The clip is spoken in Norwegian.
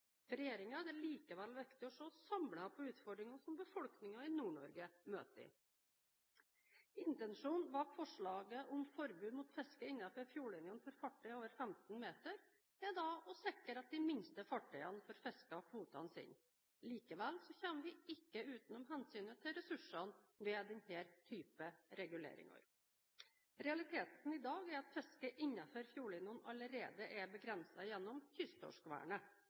For regjeringen er det likevel viktig å se samlet på utfordringene som befolkningen i Nord-Norge møter. Intensjonen bak forslaget om forbud mot fiske innenfor fjordlinjene for fartøy over 15 meter er å sikre at de minste fartøyene får fisket kvotene sine. Likevel kommer vi ikke utenom hensynet til ressursene ved denne typen reguleringer. Realiteten i dag er at fiske innenfor fjordlinjene allerede er begrenset gjennom